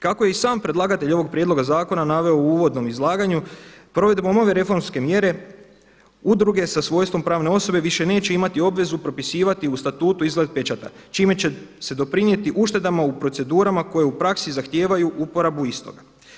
Kako je i sam predlagatelj ovog prijedloga zakona naveo u uvodnom izlaganju provedbom ove reformske mjere udruge sa svojstvom pravne osobe više neće imati obvezu propisivati u statutu izgled pečata čime će se doprinijeti uštedama u procedurama koje u praksi zahtijevaju uporabu istoga.